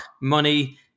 money